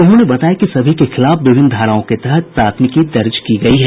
उन्होंने बताया कि सभी के खिलाफ विभिन्न धाराओं के तहत प्राथमिकी दर्ज की गयी है